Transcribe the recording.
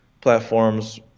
platforms